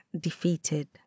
defeated